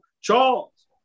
Charles